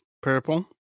purple